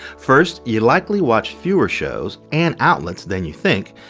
first, you likely watch fewer shows and outlets than you think.